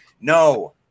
no